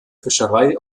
fischerei